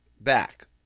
back